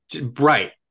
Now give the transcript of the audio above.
Right